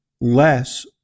less